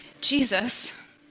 Jesus